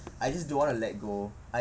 I just don't want to let go I